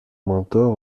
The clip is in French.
mentor